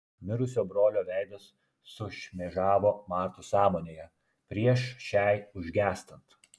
mirusio brolio veidas sušmėžavo martos sąmonėje prieš šiai užgęstant